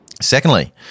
Secondly